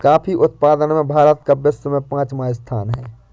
coffee उत्पादन में भारत का विश्व में पांचवा स्थान है